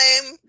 time